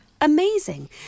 amazing